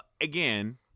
again